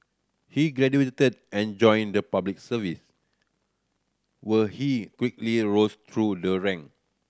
he graduated and joined the Public Service where he quickly rose through the rank